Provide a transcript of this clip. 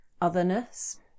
otherness